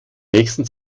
nächsten